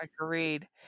Agreed